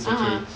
(uh huh)